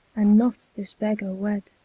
and not this beggar wed.